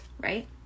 right